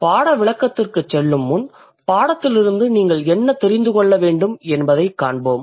பாட விளக்கத்திற்குச் செல்லும் முன் பாடத்திலிருந்து நீங்கள் என்ன தெரிந்துகொள்ள வேண்டும் என்பதைக் காண்போம்